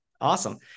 Awesome